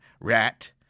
rat